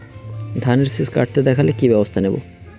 ধানের শিষ কাটতে দেখালে কি ব্যবস্থা নেব?